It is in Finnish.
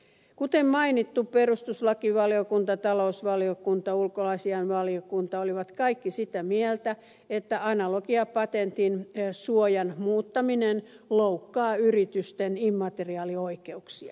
kuten mainittu perustuslakivaliokunta talousvaliokunta ja ulkoasiainvaliokunta olivat kaikki sitä mieltä että analogiapatentin suojan muuttaminen loukkaa yritysten immateriaalioikeuksia